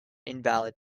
invalid